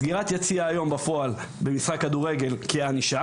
סגירת יציע היום בפועל במשחק כדורגל כענישה